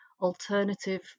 alternative